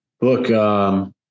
Look